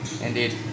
Indeed